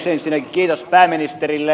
ensinnäkin kiitos pääministerille